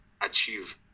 achieve